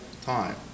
time